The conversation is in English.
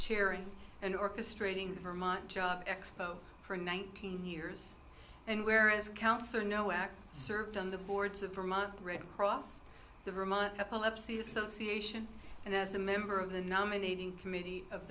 chairing and orchestrating the vermont job expo for nineteen years and where as councillor no act served on the boards of vermont the red cross the vermont epilepsy association and as a member of the nominating committee of